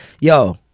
Yo